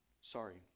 sorry